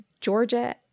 Georgia